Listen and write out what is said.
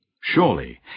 Surely